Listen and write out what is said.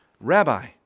Rabbi